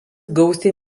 gausiai